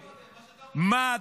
--- מה,